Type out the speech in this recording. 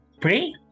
pray